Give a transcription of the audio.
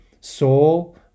soul